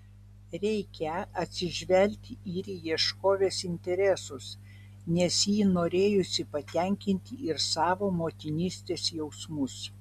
reikią atsižvelgti ir į ieškovės interesus nes ji norėjusi patenkinti ir savo motinystės jausmus